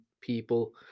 people